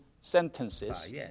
sentences